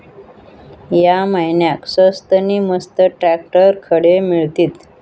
या महिन्याक स्वस्त नी मस्त ट्रॅक्टर खडे मिळतीत?